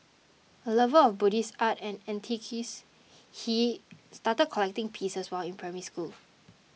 a lover of Buddhist art and antiquities he started collecting pieces while in Primary School